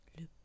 le